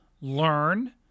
learn